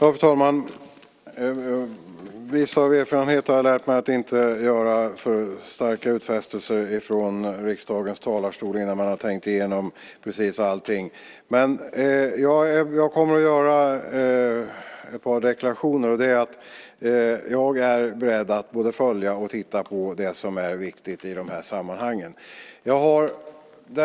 Fru talman! Jag har av erfarenhet lärt mig att inte göra för starka utfästelser från riksdagens talarstol innan man har tänkt igenom allt. Jag kommer att göra ett par deklarationer. Jag är beredd att följa och titta på det som är viktigt i de här sammanhangen.